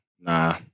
nah